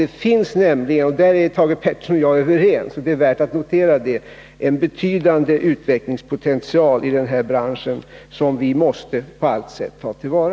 Det finns nämligen — och här är Thage Peterson och jag överens, vilket är värt att notera — en betydande utvecklingspotential i denna bransch, som vi på alla sätt måste ta till vara.